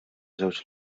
żewġ